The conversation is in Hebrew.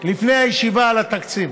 לפני הישיבה על התקציב